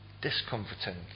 discomforting